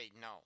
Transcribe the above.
no